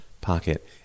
pocket